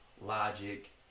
Logic